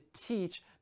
teach